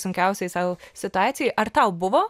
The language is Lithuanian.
sunkiausiai sau situacijai ar tau buvo